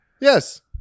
yes